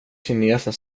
kinesen